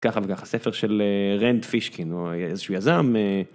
ככה וככה, ספר של רנט פישקין, הוא איזשהו יזם.